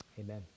amen